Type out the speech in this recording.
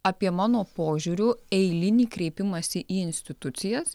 apie mano požiūriu eilinį kreipimąsi į institucijas